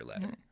letter